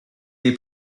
they